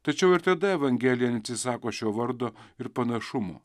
tačiau ir tada evangelija neatsisako šio vardo ir panašumo